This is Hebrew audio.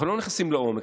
אנחנו לא נכנסים לעומק,